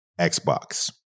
Xbox